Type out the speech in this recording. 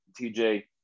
TJ